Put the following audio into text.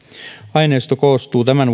aineisto koostuu tämän